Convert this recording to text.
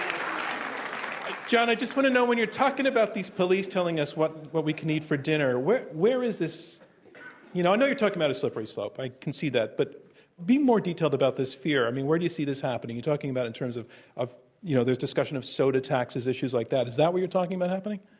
um john, i just want to know, when you're talking about these police telling us what what we can eat for dinner, where where is this you know, i know you're talking about a slippery slope. i can see that. but where be more detailed about this fear. i mean, where do you see this happening? you're talking about in terms of the you know discussion of soda taxes, issues like that. is that what you're talking about happening?